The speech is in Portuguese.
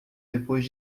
depois